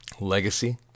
Legacy